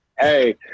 hey